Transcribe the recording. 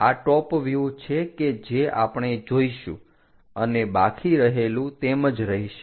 આ ટોપ વ્યુહ છે કે જે આપણે જોઈશું અને બાકી રહેલું તેમ જ રહેશે